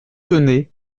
donné